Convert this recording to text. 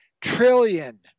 trillion